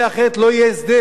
אחרת לא יהיה הסדר.